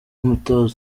nk’umutoza